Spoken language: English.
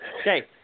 Okay